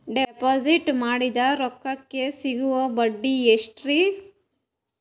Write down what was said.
Deposit ಮಾಡಿದ ರೊಕ್ಕಕೆ ಸಿಗುವ ಬಡ್ಡಿ ಎಷ್ಟ್ರೀ?